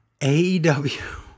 AEW